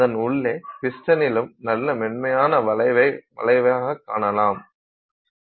அதன் உள்ளே பிஸ்டனிலும் நல்ல மென்மையான வளைவாக காணலாம்